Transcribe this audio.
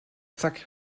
zack